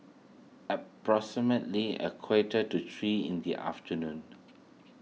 approximately a quarter to three in the afternoon